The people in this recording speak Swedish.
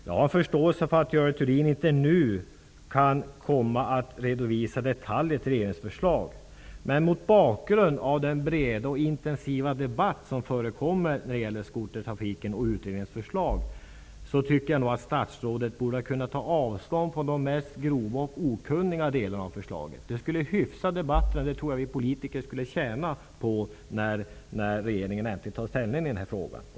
Jag har förståelse för att Görel Thurdin inte nu kan redovisa detaljer i ett regeringsförslag, men mot bakgrund av den breda och intensiva debatt som förekommer när det gäller skotertrafiken och utredningens förslag tycker jag nog att statsrådet borde ha kunnat ta avstånd från de mest grova och okunniga delarna av förslaget. Det skulle hyfsa debatten, och det tror jag att vi politiker skulle tjäna på, när regeringen äntligen tar ställning i den här frågan.